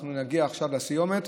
אנחנו נגיע עכשיו לסיומת,